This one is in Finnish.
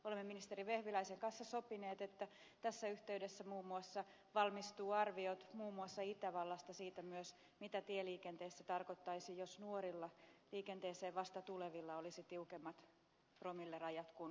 olemme ministeri vehviläisen kanssa sopineet että tässä yhteydessä muun muassa valmistuvat arviot muun muassa itävallasta myös siitä mitä tieliikenteessä tarkoittaisi jos nuorilla liikenteeseen vasta tulevilla olisi tiukemmat promillerajat kuin muilla